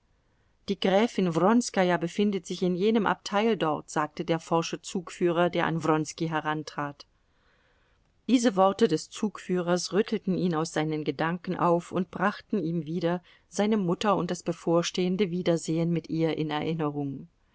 die gräfin wronskaja befindet sich in jenem abteil dort sagte der forsche zugführer der an wronski herantrat diese worte des zugführers rüttelten ihn aus seinen gedanken auf und brachten ihm wieder seine mutter und das bevorstehende wiedersehen mit ihr in erinnerung